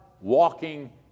walking